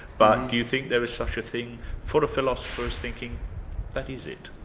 but do you think there is such a thing for philosopher's thinking that is it.